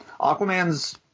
Aquaman's